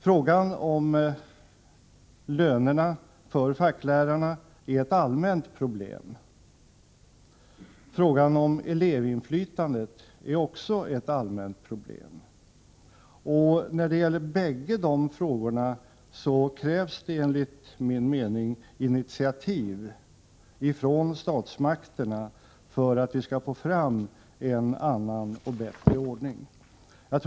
Frågan om lönerna för facklärarna är ett allmänt problem. Frågan om elevinflytandet är också ett allmänt problem. När det gäller båda dessa frågor krävs det enligt min mening initiativ från statsmakterna för att vi skall få fram en annan och bättre ordning.